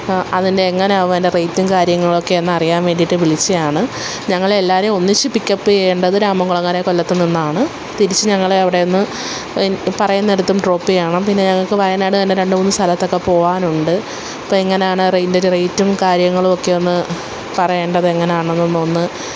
അതിൻ്റെ എങ്ങനെയാണതിന്റെ റെയ്റ്റും കാര്യങ്ങളൊക്കെ എന്ന് അറിയാൻ വേണ്ടിയിട്ട് വിളിച്ചതാണ് ഞങ്ങളെ എല്ലാവരെയും ഒന്നിച്ച് പിക്കപ്പ് ചെയ്യണ്ടത് രാമംകുളങ്ങരെ കൊല്ലത്ത് നിന്നാണ് തിരിച്ച് ഞങ്ങളെ അവിടെ നിന്ന് പറയുന്നിടത്തും ഡ്രോപ് ചെയ്യണം പിന്നെ ഞങ്ങള്ക്ക് വയനാട് തന്നെ രണ്ടുമൂന്ന് സ്ഥലത്തൊക്കെ പോകാനുണ്ട് അപ്പോള് എങ്ങനാണ് അതിൻ്റെ ഒരു റെയ്റ്റും കാര്യങ്ങളുമൊക്കെ ഒന്ന് പറയേണ്ടത് എങ്ങനാണെന്നൊന്നൊന്ന്